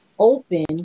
Open